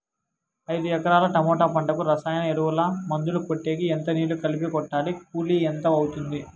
ఐదు ఎకరాల టమోటా పంటకు రసాయన ఎరువుల, మందులు కొట్టేకి ఎంత నీళ్లు కలిపి కొట్టాలి? కూలీ ఎంత అవుతుంది?